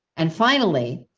and finally,